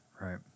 Right